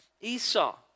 Esau